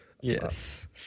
Yes